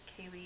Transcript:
Kaylee